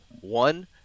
One